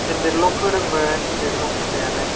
handle ल'क होदोंमोन हेन्देल ल'क होनायालाय